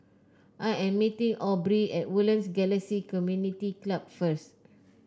I am meeting Aubrie at Woodlands Galaxy Community Club first